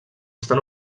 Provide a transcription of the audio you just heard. estan